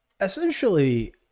essentially